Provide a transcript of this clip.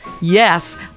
yes